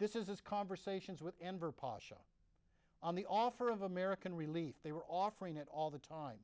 this is his conversations with enver pasha on the offer of american relief they were offering it all the time